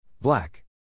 Black